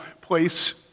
place